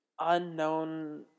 unknown